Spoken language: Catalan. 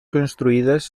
construïdes